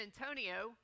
Antonio